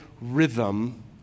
rhythm